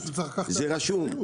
זה רשום.